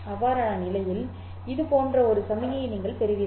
அவ்வாறான நிலையில் இது போன்ற ஒரு சமிக்ஞையை நீங்கள் பெறுவீர்கள்